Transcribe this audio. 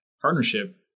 partnership